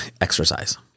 exercise